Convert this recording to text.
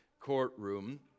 courtroom